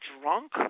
drunk